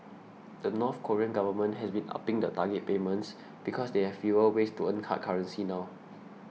the North Korean government has been upping the target payments because they have fewer ways to earn hard currency now